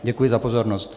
Děkuji za pozornost.